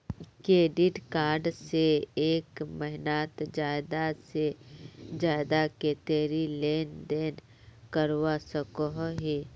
Credit card से एक महीनात ज्यादा से ज्यादा कतेरी लेन देन करवा सकोहो ही?